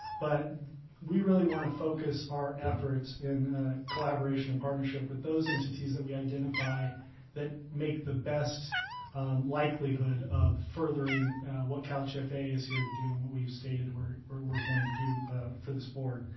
but we really want to focus our efforts in collaboration and partnership with those entities that we identify that make the best likelihood of furthering what calhfa is here to do and what we've stated where where we're going to do for this board.